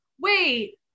wait